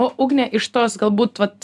o ugne iš tos galbūt vat